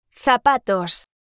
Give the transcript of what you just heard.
zapatos